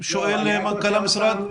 שואל מנכ"ל המשרד.